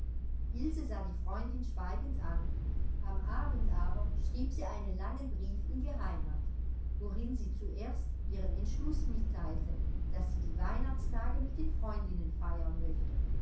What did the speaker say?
sah die freundin schweigend an am abend aber schrieb sie einen langen brief in die heimat worin sie zuerst ihren entschluß mitteilte daß sie die weihnachtstage mit den freundinnen feiern möchte